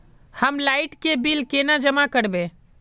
हम लाइट के बिल केना जमा करबे?